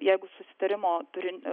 jeigu susitarimo turin